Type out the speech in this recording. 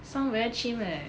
some very chim leh